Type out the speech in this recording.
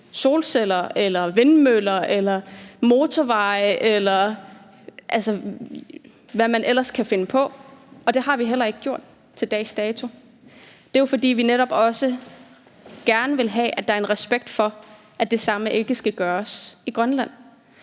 solceller eller vindmøller eller motorveje, eller hvad man ellers kan finde på, og det har vi heller ikke gjort til dags dato. Det er jo, fordi vi netop også vil have, at der er en respekt for, at det samme ikke skal gøres i Grønland.